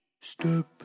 Step